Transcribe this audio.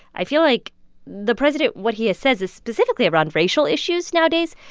i feel like the president what he says, specifically around racial issues nowadays,